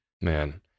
man